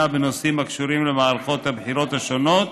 בנושאים הקשורים למערכות הבחירות השונות,